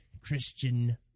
Christian